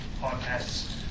podcasts